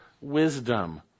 wisdom